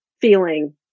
feeling